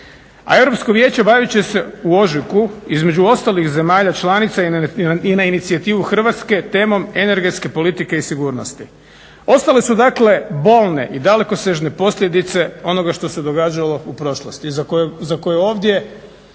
a Europsko vijeće bavit će se u ožujku između ostalih zemalja članica i na inicijativu Hrvatske, temom energetske politike i sigurnosti. Ostale su dakle bolne i dalekosežne posljedice onoga što se događalo u prošlosti i za koje ovdje